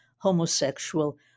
homosexual